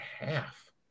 half